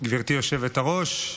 גברתי היושבת-ראש,